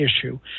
issue